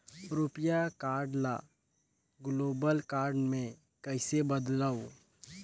रुपिया कारड ल global card मे कइसे बदलव?